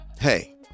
Hey